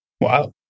Wow